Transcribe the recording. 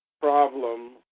problem